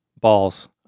balls